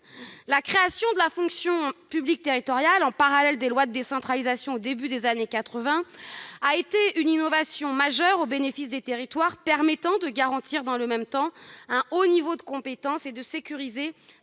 La création de la fonction publique territoriale, en parallèle des lois de décentralisation au début des années quatre-vingt, a été une innovation majeure au bénéfice des territoires permettant dans le même temps de garantir un haut niveau de compétence et de sécuriser